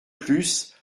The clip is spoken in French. plus